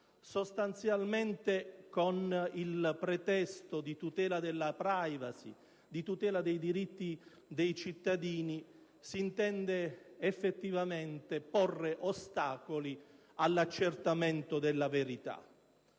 Sostanzialmente, con il pretesto della tutela della *privacy* e dei diritti dei cittadini, si intende effettivamente porre ostacoli all'accertamento della verità.